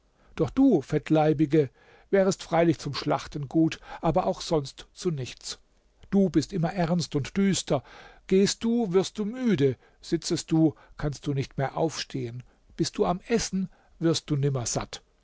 doch du fettleibige wärest freilich zum schlachten gut aber auch sonst zu nichts du bist immer ernst und düster gehst du wirst du müde sitzest du kannst du nicht mehr aufstehen bist du am essen wirst du